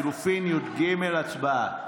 לחלופין י"ג, הצבעה.